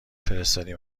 فرستادی